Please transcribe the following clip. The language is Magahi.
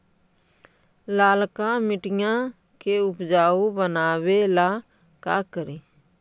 लालका मिट्टियां के उपजाऊ बनावे ला का करी?